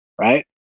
right